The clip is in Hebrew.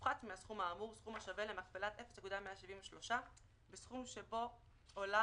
יופחת מהסכום האמור סכום השווה למכפלת 0.173 בסכום שבו עולה